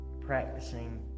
practicing